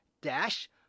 Dash